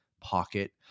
pocket